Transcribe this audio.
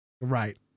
Right